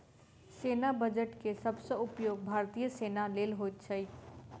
सेना बजट के सब सॅ उपयोग भारतीय सेना लेल होइत अछि